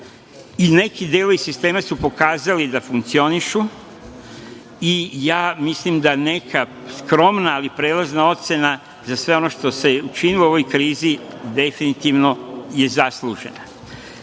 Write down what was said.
Neki delovi sistema su pokazali da funkcionišu i da mislim da neka skromna, ali prelazna ocena za sve ono što se činilo u ovoj krizi, definitivno je zaslužena. Sistem